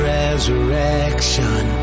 resurrection